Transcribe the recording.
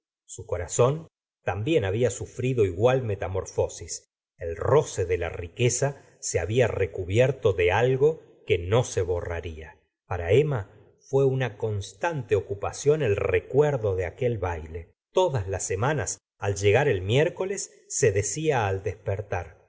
su corazón también había sufrido igual metamorfosis al roce de la riqueza se había recubierto de algo que no se borraría para emma tué una constante ocupación el recuerdo de aquel baile todas las semanas al llegar el miércoles se decía al despertar